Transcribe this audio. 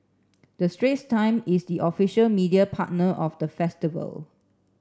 the Straits Times is the official media partner of the festival